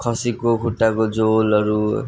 खसीको खुट्टाको झोलहरू